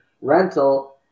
rental